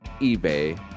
ebay